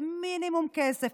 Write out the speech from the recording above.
זה מינימום כסף.